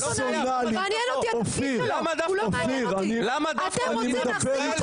אופיר אתה טועה.